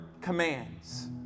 commands